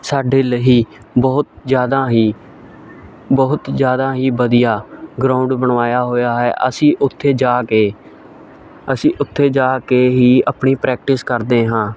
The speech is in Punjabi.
ਸਾਡੇ ਲਈ ਬਹੁਤ ਜ਼ਿਆਦਾ ਹੀ ਬਹੁਤ ਜ਼ਿਆਦਾ ਹੀ ਵਧੀਆ ਗਰਾਊਂਡ ਬਣਵਾਇਆ ਹੋਇਆ ਹੈ ਅਸੀਂ ਉੱਥੇ ਜਾ ਕੇ ਅਸੀਂ ਉੱਥੇ ਜਾ ਕੇ ਹੀ ਆਪਣੀ ਪ੍ਰੈਕਟਿਸ ਕਰਦੇ ਹਾਂ